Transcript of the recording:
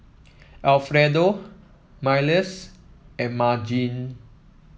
Alfredo Myles and Margene